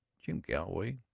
jim galloway.